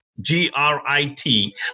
G-R-I-T